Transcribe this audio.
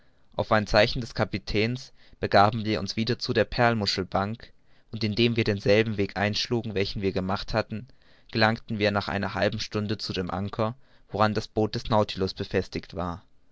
auf ein zeichen des kapitäns begaben wir uns wieder zu der perlmuschelbank und indem wir denselben weg einschlugen welchen wir gemacht hatten gelangten wir nach einer halben stunde zu dem anker woran das boot des nautilus befestigt war